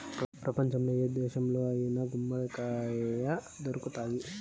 ప్రపంచంలో ఏ దేశంలో అయినా గుమ్మడికాయ దొరుకుతాయి